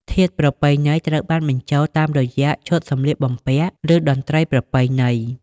ធាតុប្រពៃណីត្រូវបានបញ្ចូលតាមរយៈ ឈុតសម្លៀកបំពាក់ ឬ តន្ត្រីប្រពៃណី ។